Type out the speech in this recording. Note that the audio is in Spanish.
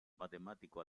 matemático